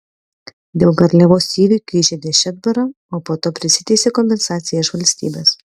dėl garliavos įvykių įžeidė šedbarą o po to prisiteisė kompensaciją iš valstybės